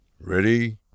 Ready